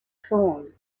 thorn